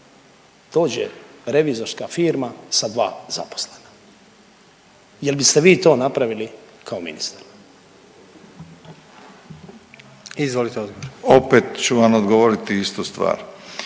dođe revizorska firma sa dva zaposlena. Jel' biste vi to napravili kao ministar?